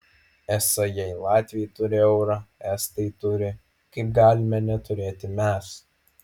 esą jei latviai turi eurą estai turi kaip galime neturėti mes